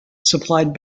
supplied